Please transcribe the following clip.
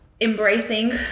Embracing